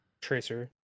Tracer